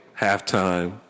halftime